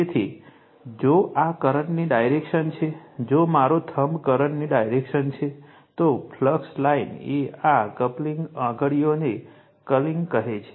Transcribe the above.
તેથી જો આ કરંટની ડાયરેક્શન છે જો મારો થંબ કરંટની ડાયરેક્શન છે તો ફ્લક્સ લાઇન એ આ કર્લિંગ આંગળીને કર્લિંગ હશે